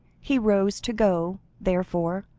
he rose to go, therefore,